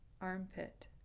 armpit